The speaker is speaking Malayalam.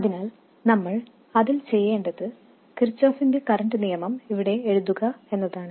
അതിനാൽ നമ്മൾ അതിൽ ചെയ്യേണ്ടത് കിർചോഫിന്റെ കറൻറ് നിയമം ഇവിടെ എഴുതുക എന്നതാണ്